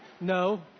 no